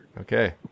Okay